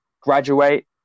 graduate